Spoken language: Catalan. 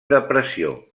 depressió